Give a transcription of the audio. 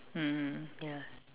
mmhmm ya